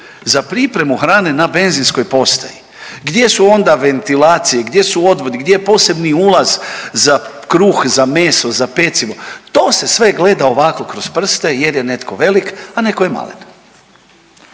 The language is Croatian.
za pripremu hrane na benzinskoj postaji? Gdje su onda ventilacije, gdje su odvodi, gdje je posebni ulaz za kruh, za meso, za pecivo? To se sve gleda ovako kroz prste jer je netko velik, a netko je malen.